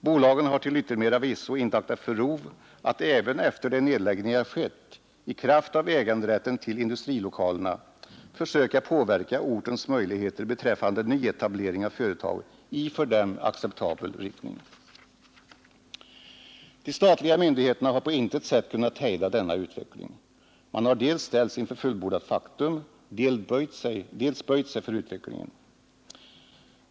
Bolagen har till yttermera visso inte aktat för rov att även efter det att nedläggningar skett i kraft av äganderätten till industrilokalerna försöka påverka ortens möjligheter beträffande nyetablering av företag i för dem acceptabel riktning. De statliga myndigheterna har på intet sätt kunnat hejda denna utveckling. Man har dels ställts inför fullbordat faktum, dels böjt sig för utvecklingen.